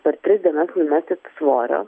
per tris dienas numesit svorio